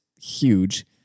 huge